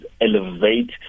elevate